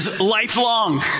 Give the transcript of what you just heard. lifelong